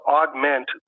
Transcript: augment